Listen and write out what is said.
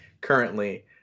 currently